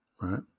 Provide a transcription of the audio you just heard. right